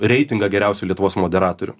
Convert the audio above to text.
reitingą geriausių lietuvos moderatorių